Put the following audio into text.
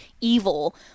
evil